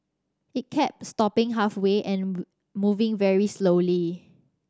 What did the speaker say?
it kept stopping halfway and moving very slowly